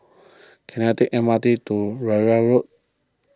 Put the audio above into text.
can I take M R T to Rowell Road